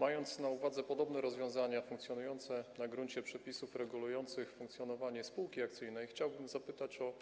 Mając na uwadze podobne rozwiązania funkcjonujące na gruncie przepisów regulujących funkcjonowanie spółki akcyjnej, chciałbym zapytać o